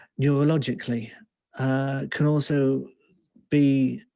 neurologically can also be